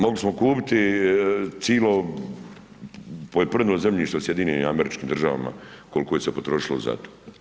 Mogli smo kupiti cijelo poljoprivredno zemljište u SAD-u koliko se potrošilo za to.